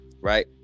right